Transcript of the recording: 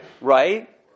Right